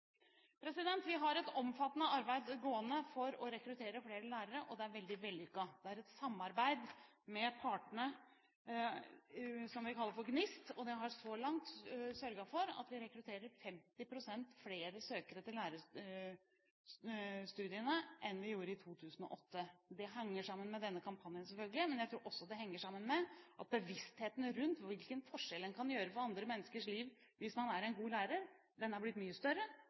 Vi har et omfattende arbeid gående for å rekruttere flere lærere, og det er veldig vellykket. Det er et samarbeid med partene som vi kaller for GNIST. Det har så langt sørget for at vi har rekruttert 50 pst. flere søkere til lærerstudiene enn vi gjorde i 2008. Det henger selvfølgelig sammen med denne kampanjen, men jeg tror også det henger sammen med at bevisstheten rundt hvilken forskjell man kan gjøre for andre menneskers liv hvis man er en god lærer, er blitt mye større. Den positive holdningen til skolen har også blitt mye større.